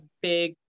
big